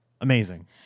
Amazing